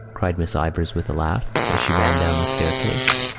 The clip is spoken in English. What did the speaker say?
cried miss ivors, with a laugh, as she ran down the staircase.